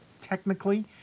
Technically